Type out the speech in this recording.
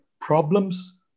problems